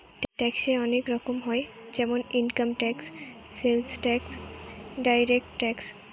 ট্যাক্সে অনেক রকম হয় যেমন income tax, sales tax, direct tax